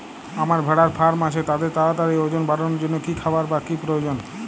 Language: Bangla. আমার ভেড়ার ফার্ম আছে তাদের তাড়াতাড়ি ওজন বাড়ানোর জন্য কী খাবার বা কী প্রয়োজন?